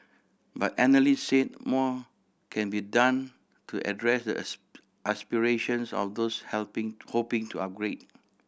but analyst said more can be done to address the aspirations of those helping hoping to upgrade